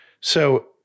So-